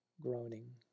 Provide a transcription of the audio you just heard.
groaning